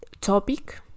topic